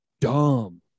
dumb